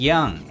Young